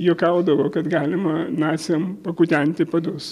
juokaudavo kad galima naciam pakutenti padus